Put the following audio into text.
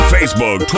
Facebook